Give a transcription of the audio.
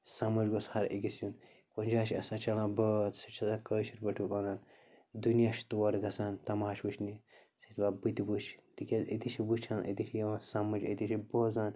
سمٕٮجھ گوٚژھ ہر أکِس یُن کُنہِ جایہِ چھُ آسان چَلان بٲتھ سُہ چھُ آسان کٲشِر پٲٹھۍ وٕ وَنان دُنیا چھُ تور گَژھان تماش وٕچھنہِ سُہ چھِ دَپان بہٕ تہِ وٕچھِ تِکیٛازِ أتی چھِ وٕچھَان أتی چھِ یِوان سمٕجھ أتی چھِ بوزان